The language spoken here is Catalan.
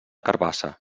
carabassa